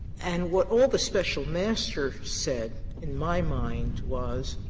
and what all the special master said, in my mind, was